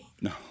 No